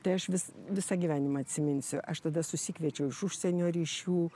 tai aš vis visą gyvenimą atsiminsiu aš tada susikviečiau ir iš užsienio ryšių